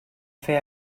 fer